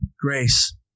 grace